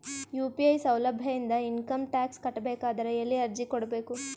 UPI ಸೌಲಭ್ಯ ಇಂದ income tax ಕಟ್ಟಬೇಕಾದರ ಎಲ್ಲಿ ಅರ್ಜಿ ಕೊಡಬೇಕು?